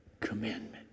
commandment